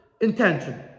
intention